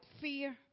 fear